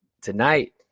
Tonight